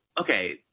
okay